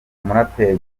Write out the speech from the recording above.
umuraperi